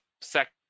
second